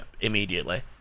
immediately